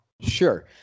Sure